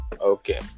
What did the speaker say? Okay